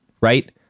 right